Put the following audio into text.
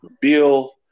bill